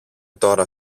τώρα